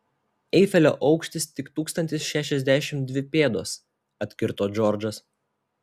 eifelio aukštis tik tūkstantis šešiasdešimt dvi pėdos atkirto džordžas